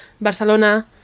Barcelona